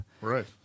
Right